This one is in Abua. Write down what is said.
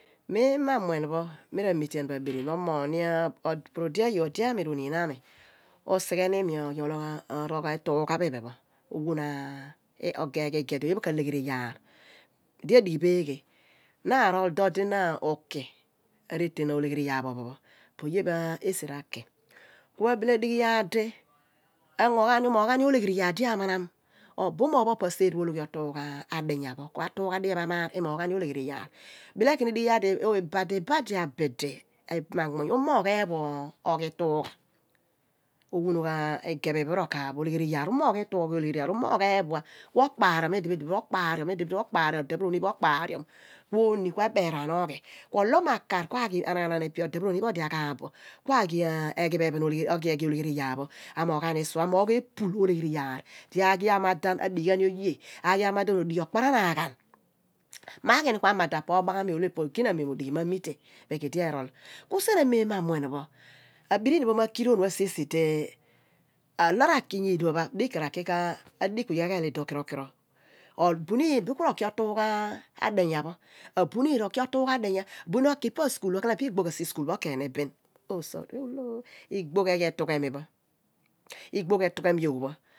Mem mo amuen pho nu ra mitiam bo abirini pho aburude ayoor ode ami ro niin ami usighe inii ologh iitugha ogeh ghi igeh di oye pho ka legheri yaar idi edighi beeghe na arol dol di na uki reten olegheriyaar pho pho pho po oye pho esi ra ki ku ebile edighi yaar di umoghaani oleghaa yaar di amariam oburuony pho opo aserch pho ologhi otugha adinya ku atugha dinya amaar iimogha ani olegheri yaar bile odighi yaar di ibadi badi abidi umoogh ephua oghi iitugha owunogh igeh olegheriyaar omoogh ephua otugha ohegheriye ku okpariom idi di di okpariom ode pho ro niin pho okparion kuo ni ku eberaan oghi ku olo makaar oghi amoghaani suo anogh epul olegheriyaar di aghi amadan adighi ghan oye odighi okparanaan ghan ma ghi ku augdam po obaghami odo eqina mem odighi ma mite ku sien awe mia amuen pho olo raki odika raki ko diku eqhel odoh kiro kiro abunin bia ku ro ki otu gha adinya pho bunin oki pa skuul khala mo epe igbogh asiskul pho kideni igbogh iitughemi yogh pho